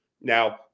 Now